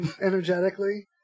energetically